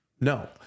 No